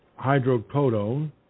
hydrocodone